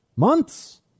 months